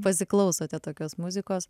pasiklausote tokios muzikos